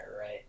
right